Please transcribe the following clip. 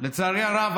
לצערי הרב,